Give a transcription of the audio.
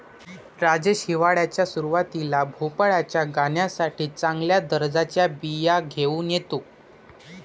राजेश हिवाळ्याच्या सुरुवातीला भोपळ्याच्या गाण्यासाठी चांगल्या दर्जाच्या बिया घेऊन येतो